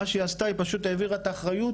מה שהיא עשתה היא פשוט העבירה את האחריות